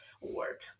work